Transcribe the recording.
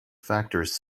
factors